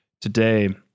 today